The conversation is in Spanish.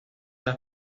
las